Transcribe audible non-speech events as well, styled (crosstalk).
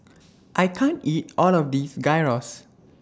(noise) I can't eat All of This Gyros